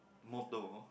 motto